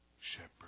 shepherd